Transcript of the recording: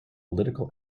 political